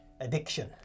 Addiction